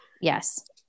Yes